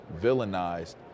villainized